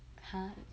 !huh!